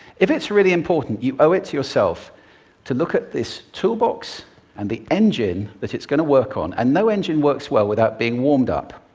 if it's really important, you owe it to yourself to look at this toolbox and the engine that it's going to work on, and no engine works well without being warmed up.